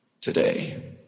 Today